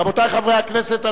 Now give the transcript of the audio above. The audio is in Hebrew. רבותי חברי הכנסת,